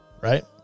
Right